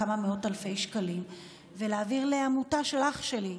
כמה מאות אלפי שקלים ולהעביר לעמותה של אח שלי.